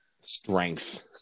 strength